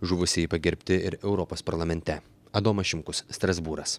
žuvusieji pagerbti ir europos parlamente adomas šimkus strasbūras